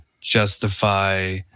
justify